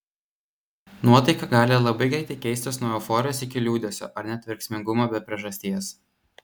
nuotaika gali labai greitai keistis nuo euforijos iki liūdesio ar net verksmingumo be priežasties